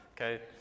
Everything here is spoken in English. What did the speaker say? Okay